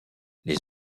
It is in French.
les